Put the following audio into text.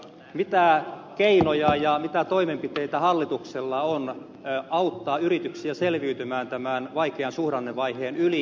mitä keinoja ja mitä toimenpiteitä hallituksella on auttaa yrityksiä selviytymään tämän vaikean suhdannevaiheen yli